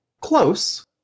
close